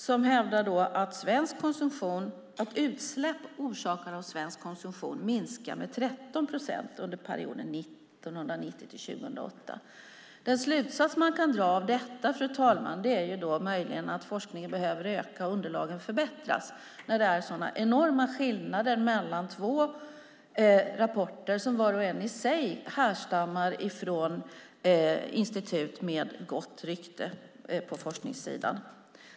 Den hävdar att utsläpp orsakade av svensk konsumtion minskar med 13 procent under perioden 1990-2008. Den slutsats man kan dra av detta är möjligen att forskningen behöver öka och underlagen förbättras när det är sådana enorma skillnader mellan två rapporter som var och en i sig härstammar från institut med gott rykte på forskningssidan.